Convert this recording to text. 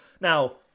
now